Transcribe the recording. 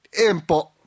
empo